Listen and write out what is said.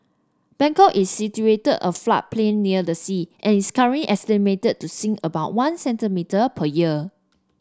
Bangkok is situated a floodplain near the sea and is current estimated to sink about one centimetre per year